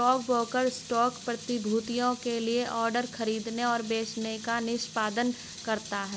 stockbroker stock प्रतिभूतियों के लिए ऑर्डर खरीदने और बेचने का निष्पादन करता है